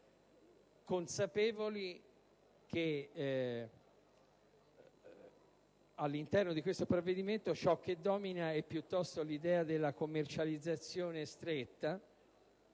consapevoli che all'interno del provvedimento al nostro esame ciò che domina è piuttosto l'idea della commercializzazione stretta